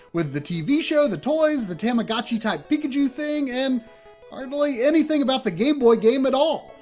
with the tv show, the toys, the tamagotchi type pikachu thing, and hardly anything about the game boy game at all.